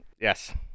Yes